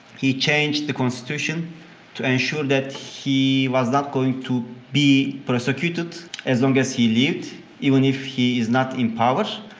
he changed the constitution to ensure that he was not going to be prosecuted as long as he lived even if he is not in power.